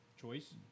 choice